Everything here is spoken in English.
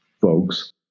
folks